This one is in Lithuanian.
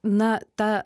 na ta